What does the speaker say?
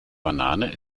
banane